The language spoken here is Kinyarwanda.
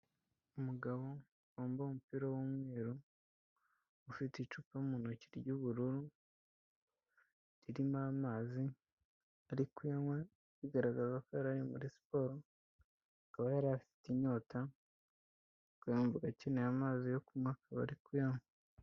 Umugabo wambaye umupira w'umweru, ufite icupa mu ntoki ry'ubururu ririmo amazi, ari kuyanywa bigaragaza ko yari ari muri siporo, akaba yari afite inyota kuko yumvaga akeneye amazi yo kunywa akaba ari kuyanywa.